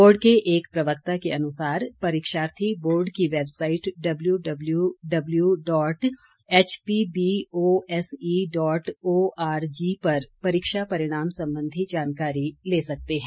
board के एक प्रवक्ता के अनुसार परीक्षार्थी बोर्ड की website W W W dot HPBOSE dot ORG पर परीक्षा परिणाम संबंधी जानकारी ले सकते हैं